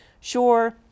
Sure